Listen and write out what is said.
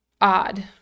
odd